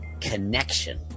Connection